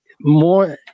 more